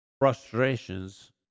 frustrations